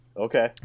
okay